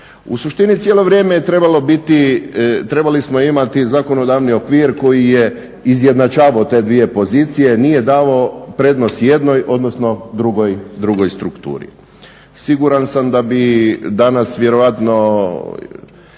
U suštini cijelo vrijeme trebali smo imati zakonodavni okvir koji je izjednačavao te dvije pozicije nije davao prednost jednoj odnosno drugoj strukturi. Siguran sam da bi dana vjerojatno